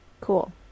cool